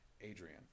Adrian